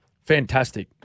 Fantastic